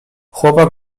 chłopak